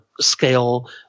scale